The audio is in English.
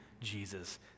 Jesus